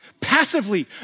Passively